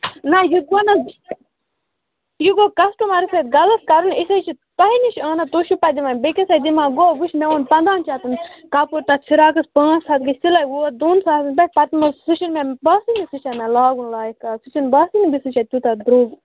نَہ یہِ گوٚو نہٕ یہِ گوٚو کَسٹمَرَس سۭتۍ غلط کرُن أسۍ حظ چھُ تۄہہِ نِش آنان تُہۍ چھُو پَتہٕ دِوان بیٚیہِ کِس اَتھِ یہِ مَہ گوٚو وٕچھ مےٚ اوٚن پَنٛدہٕن شَتَن کَپُر تَتھ فِراکَس پانٛژھ ہَتھ گٔے سِلٲے ووت دۄن ساسَن پٮ۪ٹھ پَتہٕ مہٕ حظ سُہ چھُنہٕ مےٚ باسٲنی سُہ چھےٚ مےٚ لاگُن لایَک آز سُہ چھُنہٕ باسٲنی بیٚیہِ سُہ چھےٚ تیوٗتاہ درٛوٚگ